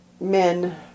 men